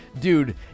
dude